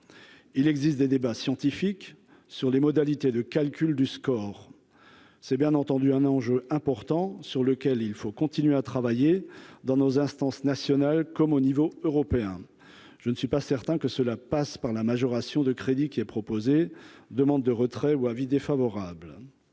il existe des débats scientifiques sur les modalités de calcul du score, c'est bien entendu un enjeu important sur lequel il faut continuer à travailler dans nos instances nationales comme au niveau européen, je ne suis pas certain que cela passe par la majoration de crédits qui est proposé : demande de retrait ou avis défavorable.